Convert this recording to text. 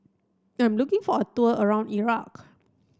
I'm looking for a tour around Iraq